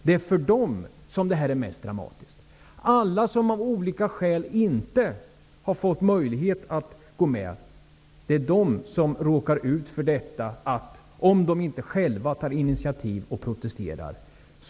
De är för dem som detta är mest dramatiskt. Alla de som av olika skäl inte har fått möjlighet att gå med, kan råka ut för hyreshöjningar om de inte själva tar initiativ och protesterar.